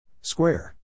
Square